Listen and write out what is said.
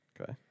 Okay